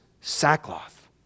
sackcloth